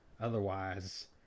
otherwise